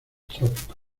trópicos